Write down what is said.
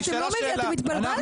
אתם מתבלבלים.